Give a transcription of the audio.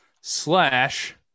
slash